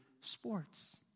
sports